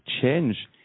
change